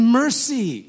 mercy